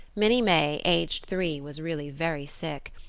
minnie may, aged three, was really very sick.